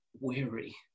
weary